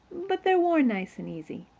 but they've worn nice and easy.